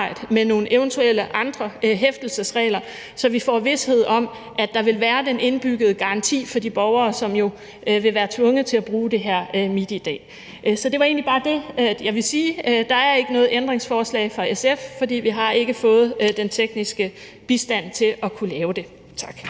med nogle eventuelt andre hæftelsesregler, så vi får vished om, at der vil være den indbyggede garanti for de borgere, som jo vil være tvunget til at bruge det her MitID. Det var egentlig bare det, jeg ville sige. Der er ikke noget ændringsforslag fra SF, fordi vi ikke har fået den tekniske bistand til at kunne lave det. Tak.